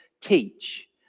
teach